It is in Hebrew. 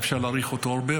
אפשר להאריך אותו הרבה,